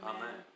Amen